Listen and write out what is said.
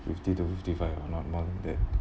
fifty to fifty five or not more than that